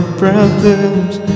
problems